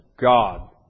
God